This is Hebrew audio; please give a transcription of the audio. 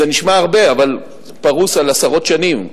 זה נשמע הרבה, אבל פרוס על עשרות שנים,